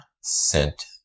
sent